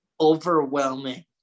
Overwhelming